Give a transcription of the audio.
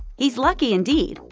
he's lucky, indeed!